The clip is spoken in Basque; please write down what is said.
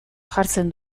jartzen